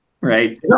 right